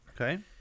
Okay